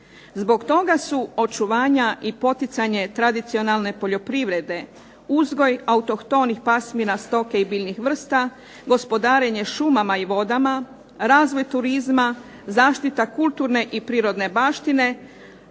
Zbog toga su očuvanja i poticanje tradicionalne poljoprivrede, uzgoj autohtonih pasmina stoke i biljnih vrsta, gospodarenje šumama i vodama, razvoj turizma, zaštita kulturne i prirodne baštine,